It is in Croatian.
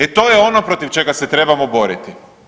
E to je ono protiv čega se trebamo boriti.